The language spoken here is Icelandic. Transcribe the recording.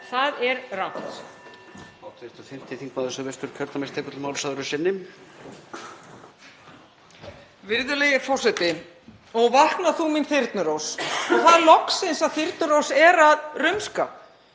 Það er rétt